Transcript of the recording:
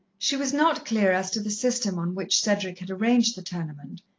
she was not clear as to the system on which cedric had arranged the tournament,